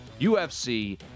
UFC